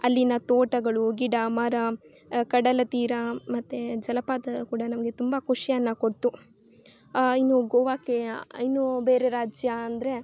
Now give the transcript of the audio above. ಅಲ್ಲಿನ ತೋಟಗಳು ಗಿಡ ಮರ ಕಡಲತೀರ ಮತ್ತು ಜಲಪಾತ ಕೂಡ ನಮಗೆ ತುಂಬ ಖುಷಿಯನ್ನ ಕೊಡ್ತು ಇನ್ನೂ ಗೋವಾಕ್ಕೆ ಇನ್ನೂ ಬೇರೆ ರಾಜ್ಯ ಅಂದರೆ